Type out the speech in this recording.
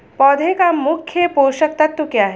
पौधे का मुख्य पोषक तत्व क्या हैं?